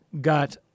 got